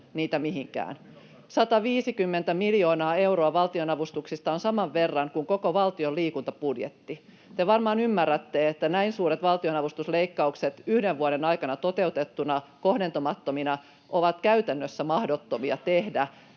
150 miljoonaa euroa valtionavustuksista on saman verran kuin koko valtion liikuntabudjetti. Te varmaan ymmärrätte, että näin suuret valtionavustusleikkaukset yhden vuoden aikana toteutettuna kohdentamattomina ovat käytännössä mahdottomia tehdä.